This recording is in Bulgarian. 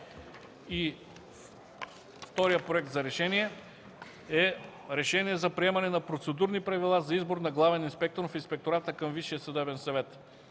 вторият Проект за решение е: „РЕШЕНИЕ за приемане на Процедурни правила за избор на главен инспектор в Инспектората към